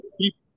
people